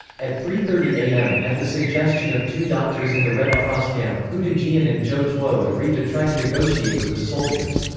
at three thirty am, at the suggestion of two doctors in the red cross camp, hou dejian and zhuo tuo agreed to try to negotiate with the soldiers.